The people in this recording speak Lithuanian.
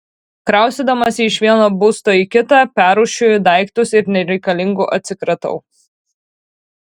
kraustydamasi iš vieno būsto į kitą perrūšiuoju daiktus ir nereikalingų atsikratau